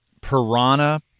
Piranha